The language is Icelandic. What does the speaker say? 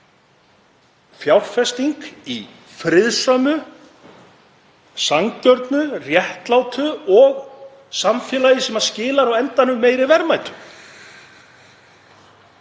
fjárfesting í friðsömu, sanngjörnu og réttlátu samfélagi sem skilar á endanum meiri verðmætum.